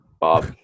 Bob